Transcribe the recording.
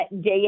day